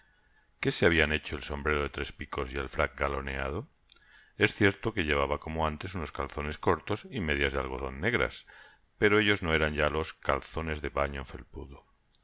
qué se habian hecho el sombrero de tres picos y el frac galoneado es cierto que llevaba como antes unos calzones cortos y medias de algodon negras pero ellos no eran ya los calzones de paño